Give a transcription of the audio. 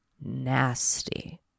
nasty